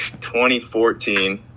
2014